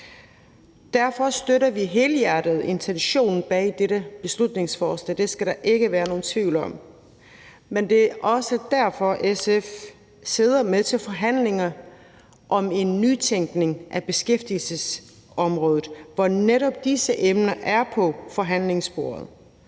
Derfor støtter vi helhjertet intentionen bag dette beslutningsforslag; det skal der ikke være nogen tvivl om. Men det er også derfor, SF sidder med til forhandlinger om en nytænkning af beskæftigelsesområdet, hvor netop disse emner er på forhandlingsbordet.